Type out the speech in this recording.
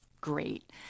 great